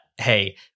Hey